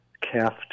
calf